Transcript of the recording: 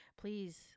please